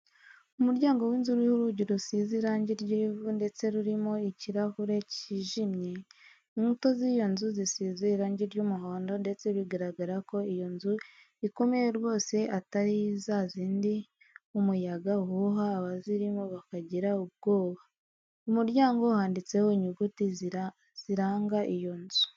Umuryango w'inzu uriho urugi rusize irange ry'ivu ndetse rurimo ikirahure kijimye. Inkuta z'iyo nzu zisize irange ry'umuhondo ndetse bigaragara ko iyo nzu ikomeye rwosd atari za zindi umyaga uhuha abazirimo bakagira ubwoba. Ku muryango handitseho inyuguti ziranga iyo nzu.